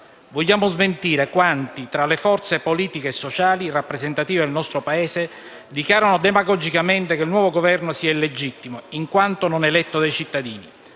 Vogliamo smentire quanti tra le forze politiche e sociali rappresentative del nostro Paese dichiarano demagogicamente che il nuovo Governo sia illegittimo in quanto non eletto dai cittadini.